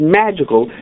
magical